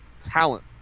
talent